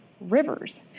rivers